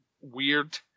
weird